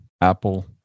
apple